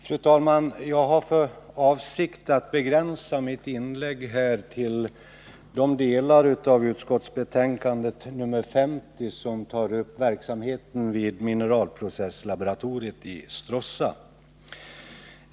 Fru talman! Jag har för avsikt att begränsa mitt inlägg till de delar av utskottsbetänkandet nr 50 som tar upp verksamheten vid mineralprocesslaboratoriet i Stråssa.